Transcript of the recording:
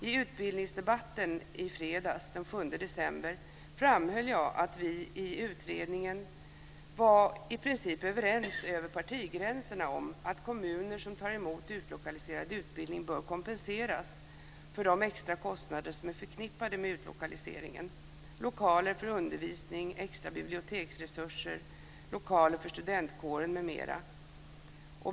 I utbildningsdebatten i fredags, den 7 december, framhöll jag att vi i utredningen i princip var överens över partigränserna om att kommuner som tar emot utlokaliserad utbildning bör kompenseras för de extra kostnader som är förknippade med utlokaliseringen - lokaler för undervisning, extra biblioteksresurser, lokaler för studentkåren m.m.